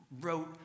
wrote